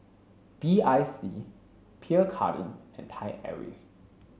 B I C Pierre Cardin and Thai Airways